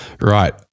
Right